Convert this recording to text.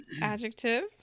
adjective